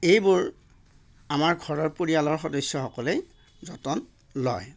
এইবোৰ আমাৰ ঘৰৰ পৰিয়ালৰ সদস্য সকলেই যতন লয়